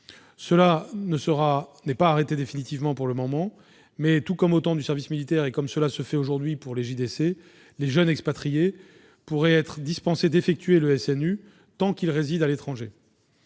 Rien n'est encore arrêté définitivement. Toutefois, comme au temps du service militaire et comme cela se fait aujourd'hui pour la JDC, les jeunes expatriés pourraient ainsi être dispensés d'effectuer le SNU tant qu'ils résident à l'étranger.